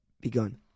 begun